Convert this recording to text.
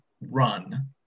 run